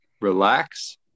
relax